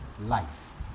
life